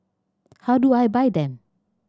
how do I buy them